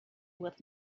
with